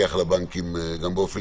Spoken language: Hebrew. למפקח על הבנקים גם באופן